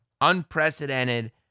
unprecedented